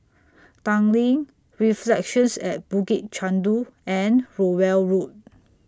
Tanglin Reflections At Bukit Chandu and Rowell Road